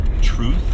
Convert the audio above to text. truth